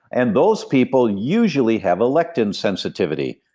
and those people usually have a lectins sensitivity.